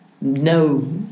no